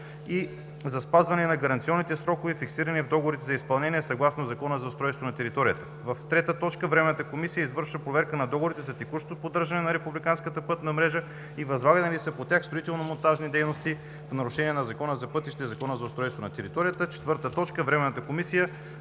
и за спазването на гаранционните срокове, фиксирани в договорите за изпълнение, съгласно Закона за устройство на територията. 3. Временната комисия извършва проверка на договорите за текущо поддържане на републиканската пътна мрежа и възлагани ли са по тях строително-монтажни дейности в нарушение на Закона за пътищата и Закона за устройство на територията. 4. Временната комисия